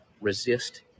Resist